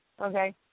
Okay